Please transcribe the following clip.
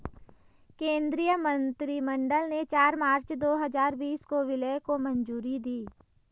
केंद्रीय मंत्रिमंडल ने चार मार्च दो हजार बीस को विलय को मंजूरी दी